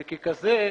וככזה,